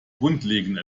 grundlegend